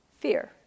Fear